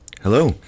Hello